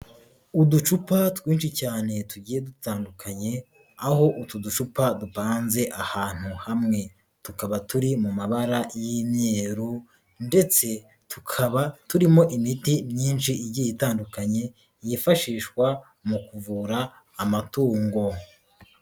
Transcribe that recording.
Uducupa twinshi cyane tugiye dutandukanye, aho utu ducupa dupanze ahantu hamwe tukaba turi mu mabara y'imyeru, ndetse tukaba turimo imiti myinshi igiye itandukanye yifashishwa mu kuvura amatungo.